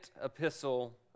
epistle